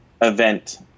event